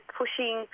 pushing